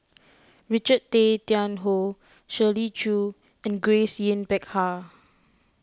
Richard Tay Tian Hoe Shirley Chew and Grace Yin Peck Ha